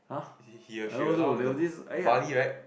he she allow the b~ Bali right